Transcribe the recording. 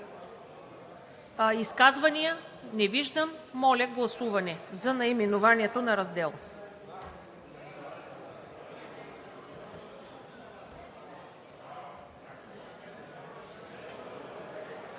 Изказвания? Не виждам. Моля, гласуване за наименованието на раздела.